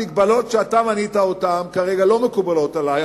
ההגבלות שאתה מנית כרגע לא מקובלות עלי,